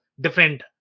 different